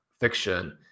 fiction